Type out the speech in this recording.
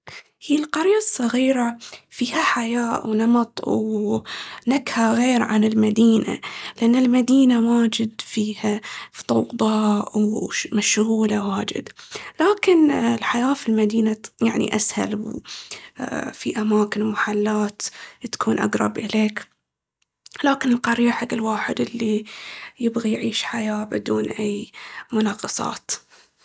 هي القرية الصغيرة فيها حياة ونمط ونكهة غير عن المدينة، لأن المدينة واجد فيها فوضى ومشغولة واجد. لكن الحياة في المدينة ت- يعني أسهل، اا في أماكن ومحلات تكون أقرب اليك، لكن القرية حق الواحد الي يبغي يعيش حياة بدون أي منغصات.